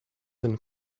and